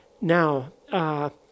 now